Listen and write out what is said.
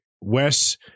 Wes